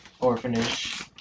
orphanage